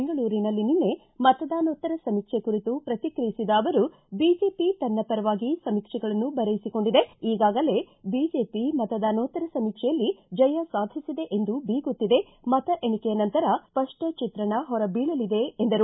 ಬೆಂಗಳೂರಿನಲ್ಲಿ ನಿನ್ನೆ ಮತದಾನೋತ್ತರ ಸಮೀಕ್ಷೆ ಕುರಿತು ಪ್ರತಿಕ್ರಿಯಿಸಿದ ಅವರು ಬಿಜೆಪಿ ತನ್ನ ಪರವಾಗಿ ಸಮೀಕ್ಷೆಗಳನ್ನು ಬರೆಯಿಸಿಕೊಂಡಿದೆ ಈಗಾಗಲೇ ಬಿಜೆಪಿ ಮತದಾನೋತ್ತರ ಸಮೀಕ್ಷೆಯಲ್ಲಿ ಜಯ ಸಾಧಿಸಿದೆ ಎಂದು ಬೀಗುತ್ತಿದೆ ಮತ ಎಣಿಕೆಯ ನಂತರ ಸ್ಪಷ್ಟ ಚಿತ್ರಣ ಹೊರ ಬೀಳಲಿದೆ ಎಂದರು